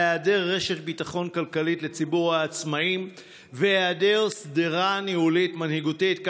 היעדר רשת ביטחון כלכלית לציבור העצמאים והיעדר שדרה ניהולית מנהיגותית.